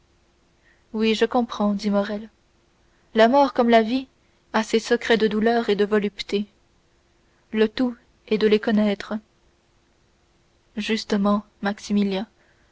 oui je comprends dit morrel la mort comme la vie a ses secrets de douleur et de volupté le tout est de les connaître justement